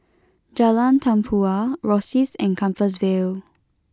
Jalan Tempua Rosyth and Compassvale